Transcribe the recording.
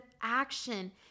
action